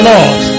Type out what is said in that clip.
Lord